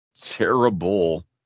Terrible